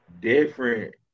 different